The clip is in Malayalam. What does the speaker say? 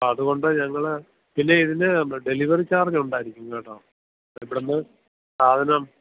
അതുകൊണ്ട് ഞങ്ങൾ പിന്നെ ഇതിന് ഡെലിവറി ചാർജ് ഉണ്ടായിരിക്കും കേട്ടോ ഇവിടുന്ന് സാധനം